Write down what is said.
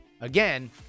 Again